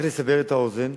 רק לסבר את האוזן: